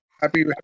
happy